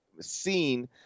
seen